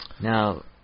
Now